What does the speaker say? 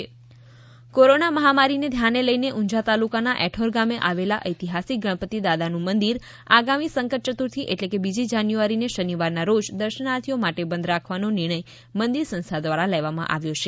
ગણપતિ મંદિર કોરોના મહામારીને ધ્યાને લઇ ઉંઝા તાલુકાના ઐઠોર ગામે આવેલા ઐતિહાસિક ગણપતિ દાદાનું મંદિર આગામી સંકટ યતુર્થી ઍટલે કે રજી જાન્યુઆરીને શનિવારના રોજ દર્શનાર્થીઓ માટે બંધ રાખવાનો નિર્ણય મંદિર સંસ્થા દ્વારા લેવામાં આવ્યો છે